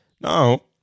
Now